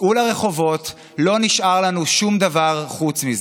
צאו לרחובות, לא נשאר לנו שום דבר חוץ מזה.